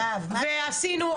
הביטחוניים ועשינו,